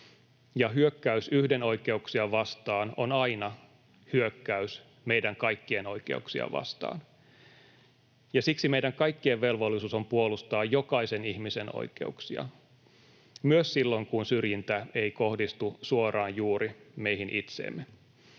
hyökkäys yhden oikeuksia vastaan on aina hyökkäys meidän kaikkien oikeuksia vastaan. Siksi meidän kaikkien velvollisuus on puolustaa jokaisen ihmisen oikeuksia myös silloin, kun syrjintä ei kohdistu suoraan juuri meihin itseemme.